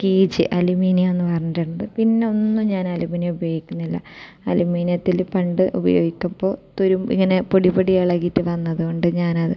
കീച്ച് aluminium എന്ന് പറഞ്ഞിട്ടുണ്ട് പിന്നെ ഒന്നും ഞാൻ അലുമിനിയം ഉപയോഗിക്കുന്നില്ല അലുമിനിയത്തിൽ പണ്ട് ഉപയോഗിക്കുമ്പോൾ തുരുമ്പ് ഇങ്ങനെ പൊടി പൊടി ഇളകിയിട്ട് വന്നതുകൊണ്ട് ഞാനത്